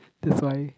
that's why